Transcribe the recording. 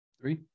Three